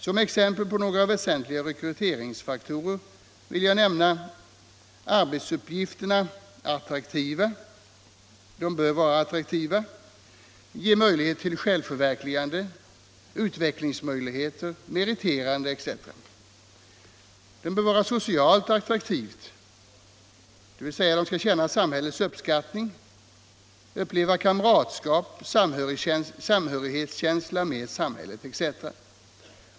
Som exempel på några väsentliga rekryteringsfaktorer kan nämnas att arbetsuppgifterna bör vara allmänt attraktiva , socialt attraktiva